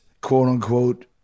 quote-unquote